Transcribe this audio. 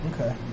okay